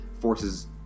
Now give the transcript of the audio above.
forces